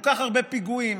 כל כך הרבה פיגועים,